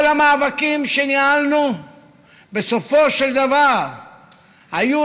כל המאבקים שניהלנו בסופו של דבר היו